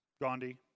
Gandhi